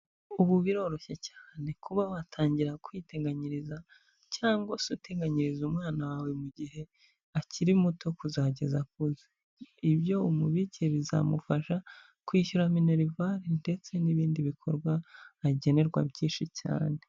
Ubu biroroshye cyane kuba watangira kwiteganyiriza cyangwa se uteganyiriza umwana wawe mu gihe akiri muto kuzageza akuze. Ibyo umubikiye bizamufasha kwishyura minerivare ndetse n'ibindi bikorwa agenerwa byinshi cyane.